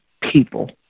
people